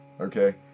Okay